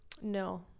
No